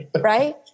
right